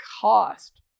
cost